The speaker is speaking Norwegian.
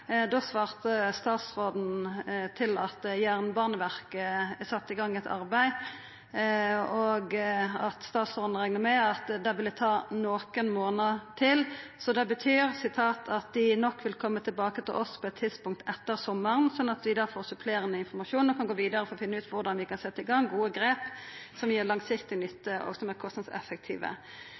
Da svarte statsråden at Jernbaneverket har sett i gang eit arbeid, at dei rekna med at det ville ta nokre månader til, og at det betydde «at de nok vil komme tilbake til oss på et tidspunkt etter sommeren, sånn at vi da får supplerende informasjon og kan gå videre for å finne ut hvordan vi kan sette i gang gode grep som gir langsiktig nytte, og som er kostnadseffektive».